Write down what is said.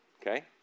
Okay